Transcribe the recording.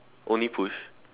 only push